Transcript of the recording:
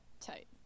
Tight